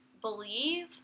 believe